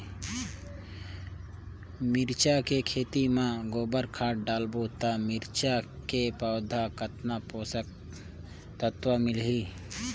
मिरचा के खेती मां गोबर खाद डालबो ता मिरचा के पौधा कितन पोषक तत्व मिलही?